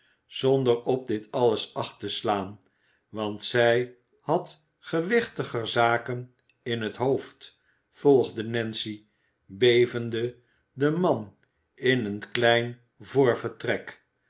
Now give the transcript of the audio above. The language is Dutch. zonder op dit alles acht te slaan want zij had gewichtiger zaken in het hoofd volgde nancy bevende den man in een